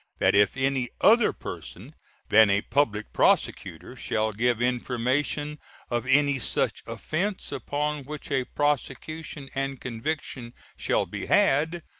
that if any other person than a public prosecutor shall give information of any such offense, upon which a prosecution and conviction shall be had,